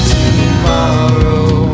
tomorrow